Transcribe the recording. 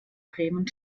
bremen